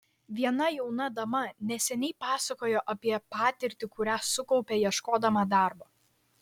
viena jauna dama neseniai pasakojo apie patirtį kurią sukaupė ieškodama darbo